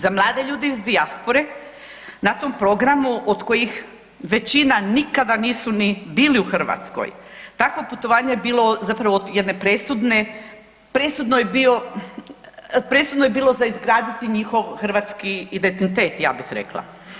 Za mlade ljude iz dijaspore na tom programu od kojih većina nikada nisu ni bili u Hrvatskoj, takvo putovanje je bilo zapravo od jedne presudne, presudno je bilo za izgraditi njihov hrvatski identitet, ja bih rekla.